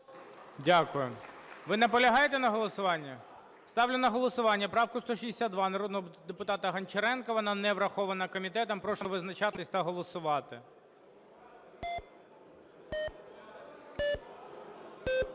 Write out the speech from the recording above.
Дякую. Ви наполягаєте на голосуванні? Ставлю на голосування правку 162 народного депутата Гончаренка, вона не врахована комітетом. Прошу визначатися та голосувати.